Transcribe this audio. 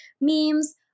memes